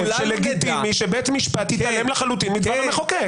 שלגיטימי שבית משפט יתעלם לחלוטין מדבר המחוקק.